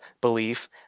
belief